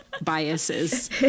biases